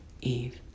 Eve